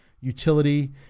utility